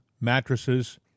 mattresses